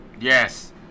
Yes